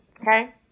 Okay